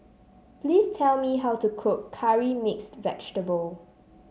please tell me how to cook Curry Mixed Vegetable